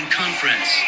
conference